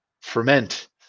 ferment